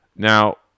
Now